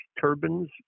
turbines